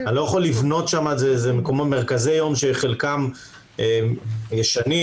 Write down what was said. זה מרכזי יום שחלקם ישנים.